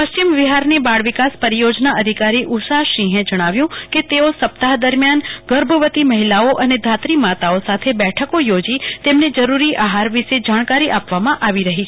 પશ્ચિમ બિહારની બાળવિકાસ પરિયોજના અધિકારી ઉષા સિંહે જણાવ્યું કે તેઓ સપ્તાહ દરમિયાન ગર્ભવતી મહિલાઓ અને ધાત્રી માતાઓ સાથે બેઠકો યોજી તેમને જરૂરી આહાર વિષે જાણકારી આપવામાં આવી રહી છે